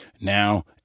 Now